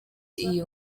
iyi